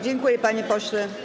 Dziękuję, panie pośle.